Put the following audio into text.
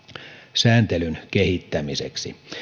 sääntelyn kehittämiseksi